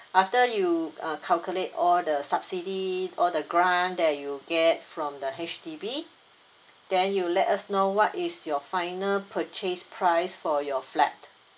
after you uh calculate all the subsidy all the grant that you get from the H_D_B then you let us know what is your final purchase price for your flat